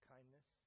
Kindness